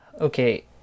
Okay